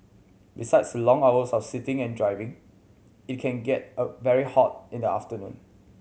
besides long hours of sitting and driving it can get a very hot in the afternoon